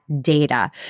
data